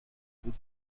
بود